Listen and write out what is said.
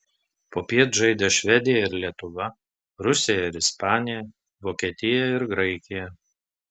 popiet žaidė švedija ir lietuva rusija ir ispanija vokietija ir graikija